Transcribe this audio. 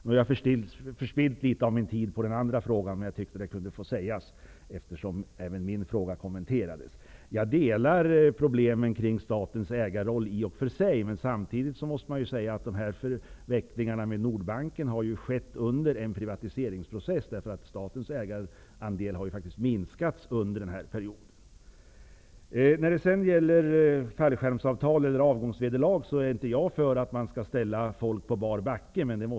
Nu har jag förspillt litet av min repliktid, men jag tyckte att jag kunde få säga detta eftersom även min fråga kommenterades. Jag instämmer i att det finns problem med statens ägarroll. Samtidigt måste man dock säga att förvecklingarna med Nordbanken har skett under en privatiseringsprocess. Statens ägarandel har faktiskt minskat under den här perioden. När det gäller fallskärmsavtal eller avgångsvederlag är inte jag för att man skall ställa folk på bar backe.